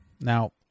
Now